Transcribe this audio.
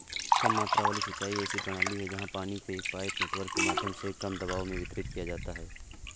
कम मात्रा वाली सिंचाई ऐसी प्रणाली है जहाँ पानी को एक पाइप नेटवर्क के माध्यम से कम दबाव में वितरित किया जाता है